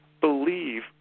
believe